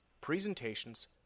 presentations